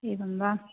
एवं वा